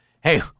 Hey